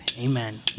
Amen